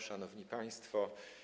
Szanowni Państwo!